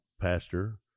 pastor